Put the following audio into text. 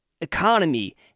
economy